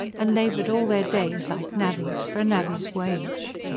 and laboured all their days like navvies, for a navvy's wage.